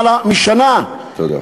מחכה למעלה משנה, תודה.